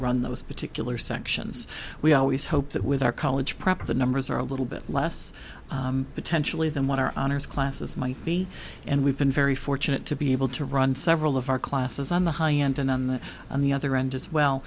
run those particular sections we always hope that with our college prep the numbers are a little bit less potentially than what our honors classes might be and we've been very fortunate to be able to run several of our classes on the high end and then on the other end as